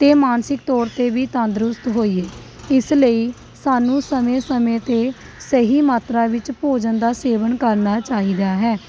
ਅਤੇ ਮਾਨਸਿਕ ਤੌਰ 'ਤੇ ਵੀ ਤੰਦਰੁਸਤ ਹੋਈਏ ਇਸ ਲਈ ਸਾਨੂੰ ਸਮੇਂ ਸਮੇਂ 'ਤੇ ਸਹੀ ਮਾਤਰਾ ਵਿੱਚ ਭੋਜਨ ਦਾ ਸੇਵਨ ਕਰਨਾ ਚਾਹੀਦਾ ਹੈ